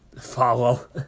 follow